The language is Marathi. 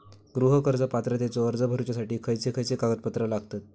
गृह कर्ज पात्रतेचो अर्ज भरुच्यासाठी खयचे खयचे कागदपत्र लागतत?